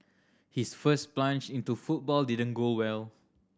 his first plunge into football didn't go well